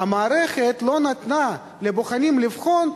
המערכת לא נתנה לבוחנים לבחון,